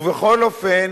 ובכל אופן,